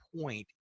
point